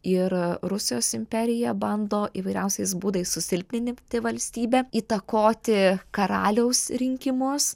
ir rusijos imperija bando įvairiausiais būdais susilpninti valstybę įtakoti karaliaus rinkimus